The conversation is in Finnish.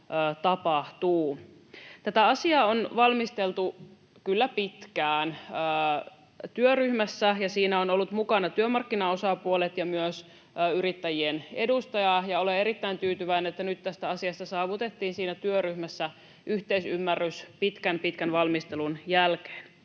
Tätä asiaa on valmisteltu kyllä pitkään työryhmässä, ja siinä ovat olleet mukana työmarkkinaosapuolet ja myös yrittäjien edustaja, ja olen erittäin tyytyväinen, että nyt tästä asiasta saavutettiin siinä työryhmässä yhteisymmärrys pitkän pitkän valmistelun jälkeen.